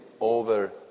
over